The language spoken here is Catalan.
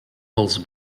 els